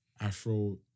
Afro